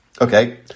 Okay